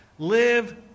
Live